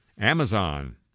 Amazon